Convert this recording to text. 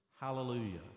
Hallelujah